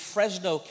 Fresno